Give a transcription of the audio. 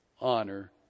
honor